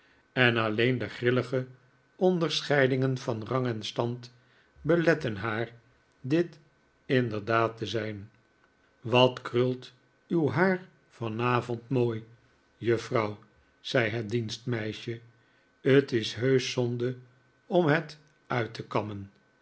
en alleen de grillige onderscheidingen van rang en stand beletten haar dit inderdaad te zijn wat krult uw haar vanavond mooi juffrouw zei het dienstmeisje t is heusch zonde om het uit te kammen